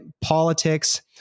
politics